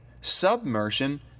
submersion